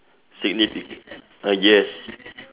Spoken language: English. signifi~ uh yes